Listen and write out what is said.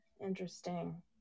interesting